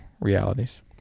realities